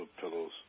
pillows